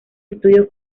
estudios